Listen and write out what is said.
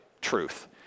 truth